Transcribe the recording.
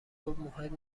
گفتمهم